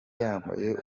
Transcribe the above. yambaye